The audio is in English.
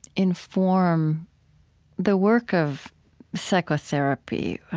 inform the work of psychotherapy?